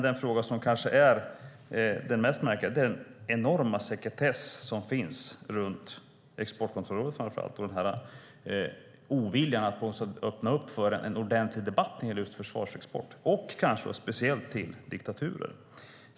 Det kanske mest märkliga är den enorma sekretessen runt Exportkontrollrådet och oviljan att öppna för en ordentlig debatt om försvarsexport, speciellt till diktaturer.